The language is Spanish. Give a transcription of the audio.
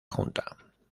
junta